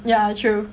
ya true